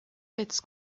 its